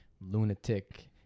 lunatic